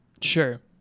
Sure